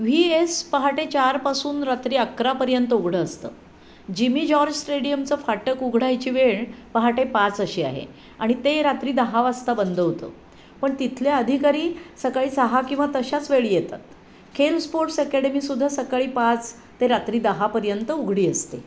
V एस पहाटे चारपासून रात्री अकरापर्यंत उघडं असतं जिमी जॉर्ज स्टेडियमचं फाटक उघडायची वेळ पहाटे पाच अशी आहे आणि ते रात्री दहा वाजता बंद होतं पण तिथल्या अधिकारी सकाळी सहा किंवा तशाच वेळी येतात खेल स्पोर्ट्स अकॅडमीसुद्धा सकाळी पाच ते रात्री दहापर्यंत उघडी असते